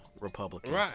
Republicans